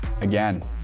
again